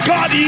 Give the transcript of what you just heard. God